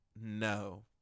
No